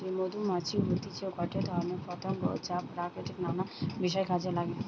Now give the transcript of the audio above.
মধুমাছি হতিছে গটে ধরণের পতঙ্গ যা প্রকৃতির নানা বিষয় কাজে নাগে